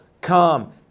come